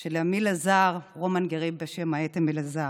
של אמיל אז'אר, רומן גארי, בשם העט אמיל אז'אר: